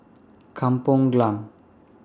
Kampong Glam